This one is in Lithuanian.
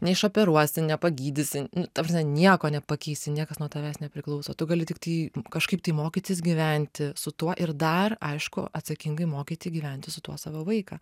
neišoperuosi nepagydysi ta prasme nieko nepakeisi niekas nuo tavęs nepriklauso tu gali tiktai kažkaip tai mokytis gyventi su tuo ir dar aišku atsakingai mokyti gyventi su tuo savo vaiką